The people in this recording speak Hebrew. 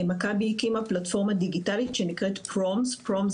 מכבי הקימה פלטפורמה דיגיטלית שנקראת PROMs. PROMs